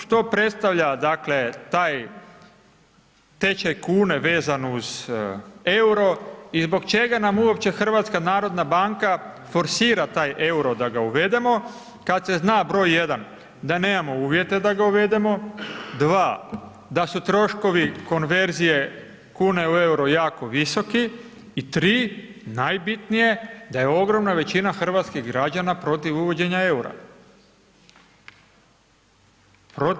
Što predstavlja, dakle, taj tečaj kune vezan uz EUR-o i zbog čega nam uopće HNB forsira taj EUR-o da ga uvedemo kad se zna br. 1. da nemamo uvjete da ga uvedemo, 2. da su troškovi konverzije kune u EUR-o jako visoki i 3. najbitnije, da je ogromna većina hrvatskih građana protiv uvođenja EUR-a.